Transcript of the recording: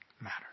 matters